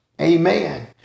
amen